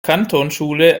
kantonsschule